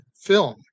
film